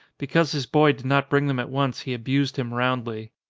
because his boy did not bring them at once he abused him roundly.